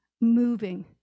moving